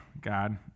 God